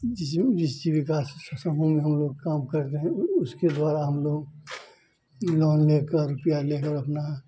जिसमें जिस जीविका समूह में हमलोग काम कर रहे हैं उ उसके द्वारा हमलोग लोन लेकर रुपया लेकर अपना